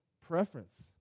preference